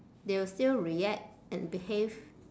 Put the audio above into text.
they will still react and behave